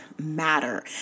matter